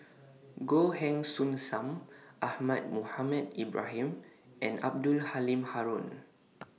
Goh Heng Soon SAM Ahmad Mohamed Ibrahim and Abdul Halim Haron